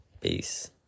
Peace